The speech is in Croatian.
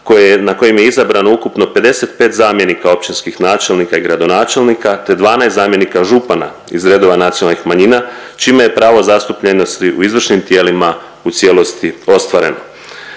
na kojim je izabrano ukupno 55 zamjenika općinskih načelnika i gradonačelnika te 12 zamjenika župana iz redova nacionalnih manjina čime je pravo zastupljenosti u izvršnim tijelima u cijelosti ostvaren.